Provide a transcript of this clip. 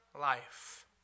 life